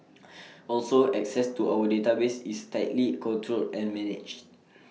also access to our database is tightly controlled and managed